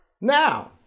Now